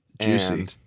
juicy